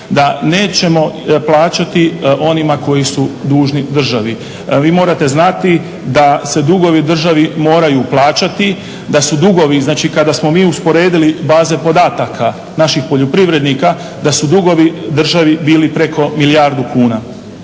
da nećemo plaćati onima koji su dužni državi. Vi morate znati da se dugovi državi moraju plaćati, da su dugovi znači kada smo mi usporedili baze podataka naših poljoprivrednika da su dugovi državi bili preko milijardu kuna.